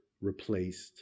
replaced